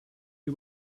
you